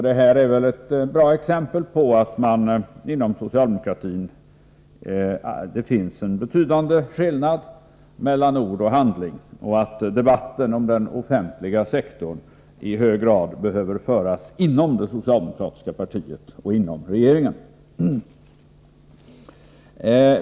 Detta är väl bra exempel på att det inom socialdemokratin finns en betydande skillnad mellan ord och handling och att debatten om den offentliga sektorn i hög grad behöver föras inom det socialdemokratiska partiet och inom regeringen.